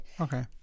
Okay